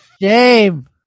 Shame